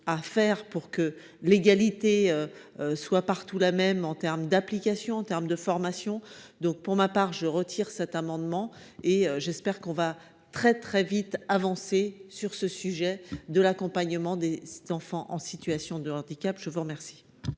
à faire pour que l'égalité soit partout la même en terme d'application en termes de formation, donc, pour ma part, je retire cet amendement et j'espère qu'on va très très vite avancer sur ce sujet de l'accompagnement des 7 enfants en situation de handicap, je vous remercie.